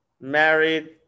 Married